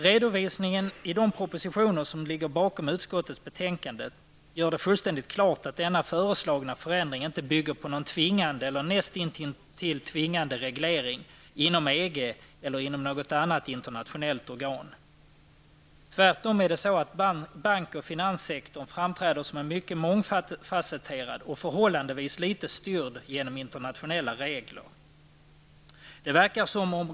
Redovisningen i de propositioner som ligger bakom utskottets betänkande gör det fullständigt klart att denna föreslagna förändring inte bygger på någon tvingande, eller näst intill tvingande, reglering inom EG eller inom något annat internationellt organ. Tvärtom är det så att bank och finanssektorn framträder som mycket mångfacetterad och förhållandevis litet styrd genom internationella regler.